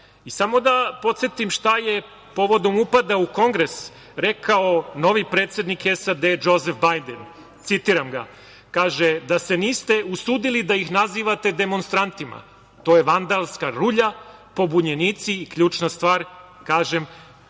da podsetim šta je povodom upada u Kongres rekao novi predsednik SAD Džozef Bajden. Citiram ga, kaže – da se niste usudili da ih nazivate demonstrantima, to je vandalska rulja, pobunjenici, i ključna stvar, kaže